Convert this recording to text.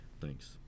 Thanks